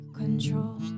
control